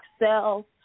excel